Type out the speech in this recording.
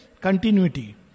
continuity